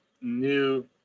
new